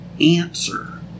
answer